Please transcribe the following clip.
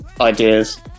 ideas